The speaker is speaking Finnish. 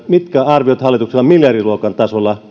mitkä arviot hallituksella miljardiluokan tasolla